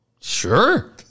sure